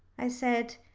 i said.